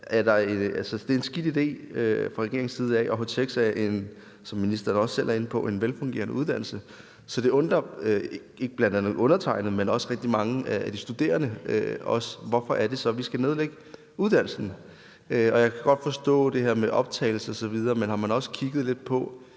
det er en skidt idé fra regeringens side at nedlægge htx. Htx er, som ministeren også selv er inde på, en velfungerende uddannelse. Så det undrer ikke kun undertegnede, men også rigtig mange af de studerende, hvorfor det så er, vi skal nedlægge uddannelsen. Jeg kan godt forstå det her med optagelse osv. Men har man også kigget lidt på,